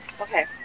Okay